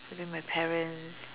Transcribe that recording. leaving my parents